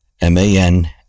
M-A-N